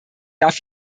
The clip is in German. darf